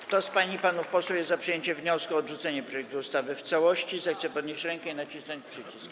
Kto z pań i panów posłów jest za przyjęciem wniosku o odrzucenie projektu ustawy w całości, zechce podnieść rękę i nacisnąć przycisk.